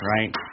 Right